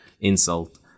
insult